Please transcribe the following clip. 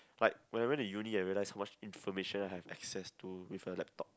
like when I went to uni I realise how much information I have access to with a laptop